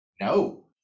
no